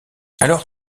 alors